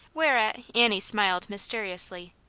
whereat annie smiled mysteriously,